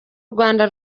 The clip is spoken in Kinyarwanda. rwanda